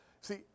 See